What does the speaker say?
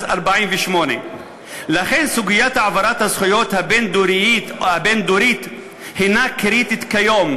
1948. לכן סוגיית העברת הזכויות הבין-דורית היא קריטית כיום,